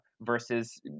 versus